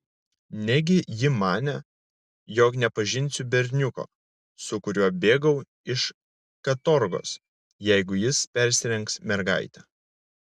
negi ji manė jog nepažinsiu berniuko su kuriuo bėgau iš katorgos jeigu jis persirengs mergaite